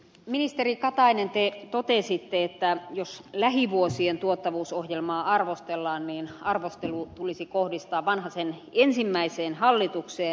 ministeri katainen te totesitte että jos lähivuosien tuottavuusohjelmaa arvostellaan niin arvostelu tulisi kohdistaa vanhasen ensimmäiseen hallitukseen